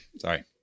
Sorry